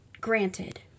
Granted